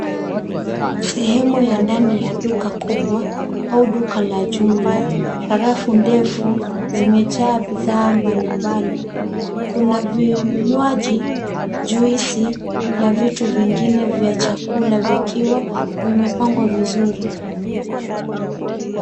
Sehemu ya ndani ya duka kubwa au duka la jumla. Kuna rafu ndefu zimejaa bidhaa mbalimbali. Kuna vinywaji, juice na vitu vingine vya chakula vikiwa vimepangwa vizuri.